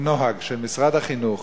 זה נוהג של משרד החינוך.